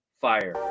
Fire